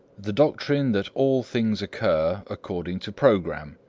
the doctrine that all things occur according to programme.